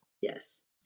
Yes